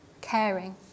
caring